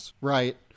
Right